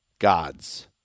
Gods